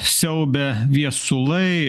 siaubia viesulai